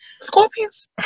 Scorpions